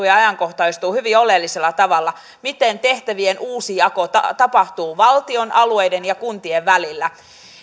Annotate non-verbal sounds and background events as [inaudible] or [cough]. [unintelligible] ja ajankohtaistuu hyvin oleellisella tavalla miten tehtävien uusi jako tapahtuu valtion alueiden ja kuntien välillä